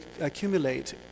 accumulate